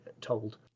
told